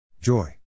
Joy